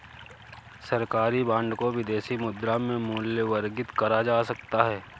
सरकारी बॉन्ड को विदेशी मुद्रा में मूल्यवर्गित करा जा सकता है